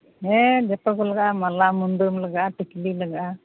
ᱦᱮᱸ ᱡᱚᱛᱚ ᱜᱮ ᱞᱟᱜᱟᱜᱼᱟ ᱢᱟᱞᱟ ᱢᱩᱫᱟᱹᱢ ᱞᱟᱜᱟᱜᱼᱟ ᱴᱤᱠᱞᱤ ᱞᱟᱜᱟᱜᱼᱟ